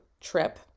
trip